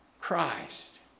Christ